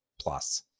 plus